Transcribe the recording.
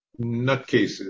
nutcases